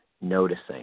noticing